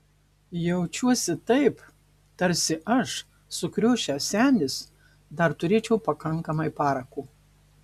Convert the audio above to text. jaučiuosi taip tarsi aš sukriošęs senis dar turėčiau pakankamai parako